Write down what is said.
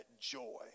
joy